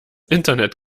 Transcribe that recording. internet